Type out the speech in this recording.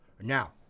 Now